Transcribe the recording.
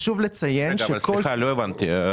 לא הבנתי,